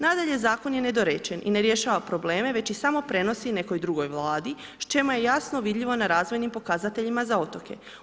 Nadalje, Zakon je nedorečen i ne rješava probleme, već ih samo prenosi nekoj drugoj Vladi čemu je jasno vidljivo na razvojnim pokazateljima za otoke.